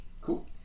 cool